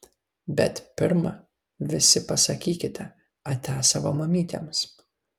bet pirma visi pasakykite ate savo mamytėms